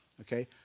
okay